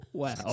Wow